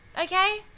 Okay